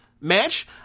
match